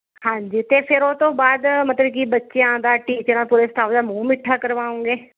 ਹਾਂਜੀ ਅਤੇ ਫਿਰ ਓਹ ਤੋਂ ਬਾਅਦ ਮਤਲਬ ਕਿ ਬੱਚਿਆਂ ਦਾ ਟੀਚਰਾਂ ਪੂਰੇ ਸਟਾਫ ਦਾ ਮੂੰਹ ਮਿੱਠਾ ਕਰਵਾਉਂਗੇ